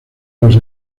los